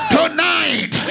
Tonight